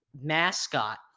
mascot